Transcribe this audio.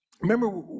Remember